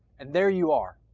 and there you are,